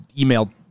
email